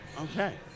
Okay